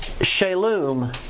Shalom